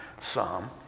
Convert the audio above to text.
Psalm